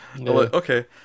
Okay